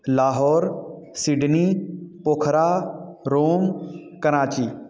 Lahore Sydney Pokhara Rome Karachi